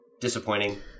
disappointing